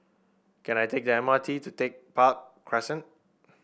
can I take the M R T to Tech Park Crescent